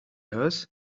hers